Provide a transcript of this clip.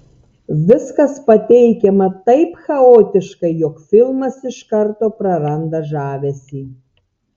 viskas pateikiama taip chaotiškai jog filmas iš karto praranda žavesį